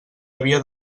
havia